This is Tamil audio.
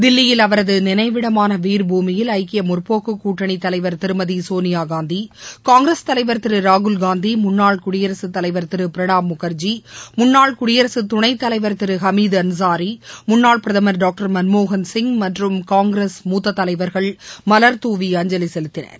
தில்லியில் அவரது நினைவிடமான வீாபூமியில் ஐக்கிய முற்போக்குக் கூட்டணி தலைவர் திருமதி சோனியாகாந்தி காங்கிரஸ் தலைவர் திரு ராகுல்காந்தி முன்னாள் குடியரகத் தலைவர் திரு பிரணாப் முகா்ஜி முன்னா்ள குடியரசு துணைத்தலைவர் திரு ஹமீத் அன்சாரி முன்னாள் பிரதமர் டாக்டர் மன்மோகன்சிங் மற்றும் காங்கிரஸ் மூத்த தலைவர்கள் மலர்துவி அஞ்சலி செலுத்தினர்